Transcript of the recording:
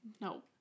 No